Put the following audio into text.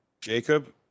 Jacob